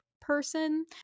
person